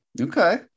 Okay